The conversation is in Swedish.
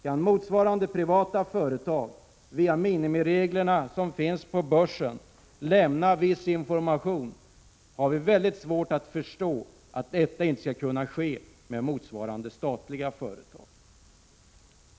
Kan motsvarande privata företag via minimireglerna som finns på börsen lämna viss information, har vi väldigt svårt att förstå att detta inte skall kunna ske med motsvarande statliga företag.